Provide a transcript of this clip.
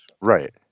Right